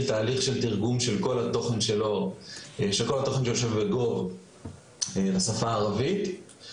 תהליך תרגום של כל התוכן שיושב ב- gov.ilלשפה הערבית.